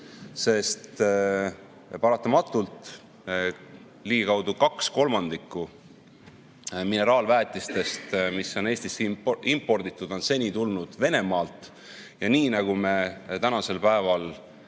teha. Paratamatult ligikaudu kaks kolmandikku mineraalväetistest, mis on Eestisse imporditud, on seni tulnud Venemaalt. Nii nagu me tänasel päeval